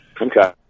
Okay